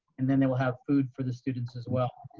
and then they will have food for the students as well.